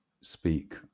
speak